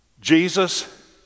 Jesus